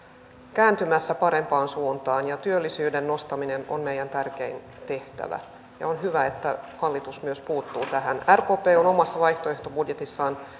kääntymässä parempaan suuntaan ja työllisyyden nostaminen on meidän tärkein tehtävämme niin on hyvä että hallitus myös puuttuu tähän rkp on on omassa vaihtoehtobudjetissaan myös